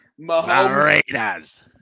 Mahomes